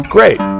Great